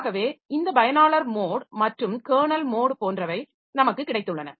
ஆகவே இந்த பயனாளர் மோட் மற்றும் கெர்னல் மோட் போன்றவை நமக்கு கிடைத்துள்ளன